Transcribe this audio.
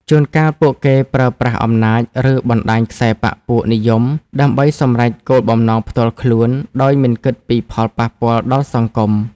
ជួនកាល ពួកគេប្រើប្រាស់អំណាច ឬបណ្តាញខ្សែបក្សពួកនិយម ដើម្បីសម្រេចគោលបំណងផ្ទាល់ខ្លួន ដោយមិនគិតពីផលប៉ះពាល់ដល់សង្គម។